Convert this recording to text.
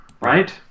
right